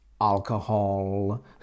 alcohol